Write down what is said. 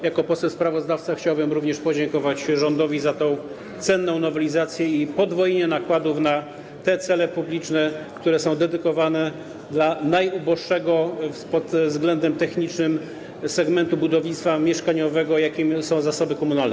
Jako poseł sprawozdawca chciałbym również podziękować rządowi za tę cenną nowelizację i podwojenie nakładów na cele publiczne, które są dedykowane najuboższemu pod względem technicznym segmentowi budownictwa mieszkaniowego, jakim są zasoby komunalne.